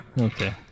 Okay